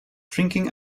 drinking